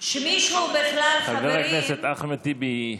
שמישהו בכלל, חברים, חבר הכנסת אחמד טיבי,